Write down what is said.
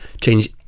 change